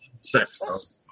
sex